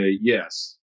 yes